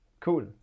Cool